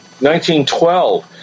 1912